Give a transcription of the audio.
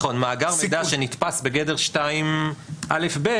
מאגר מידע שנתפס בגדר 2 (א')(ב'),